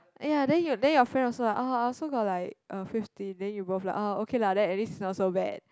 !aiya! then you then your friend also ah I also got like uh fifteen then you both like oh okay lah then at least it's not so bad